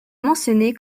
mentionné